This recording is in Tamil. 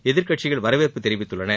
எதிர்க்கட்சிகள் வரவேற்பு தெரிவித்துள்ளன